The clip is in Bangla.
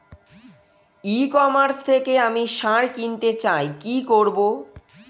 ই কমার্স থেকে আমি সার কিনতে চাই কি করব?